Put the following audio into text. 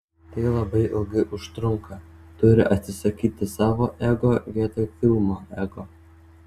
tai labai ilgai užtrunka turi atsisakyti savo ego vietoj filmo ego